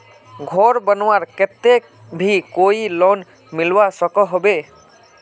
घोर बनवार केते भी कोई लोन मिलवा सकोहो होबे?